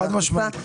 חד משמעית.